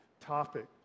topic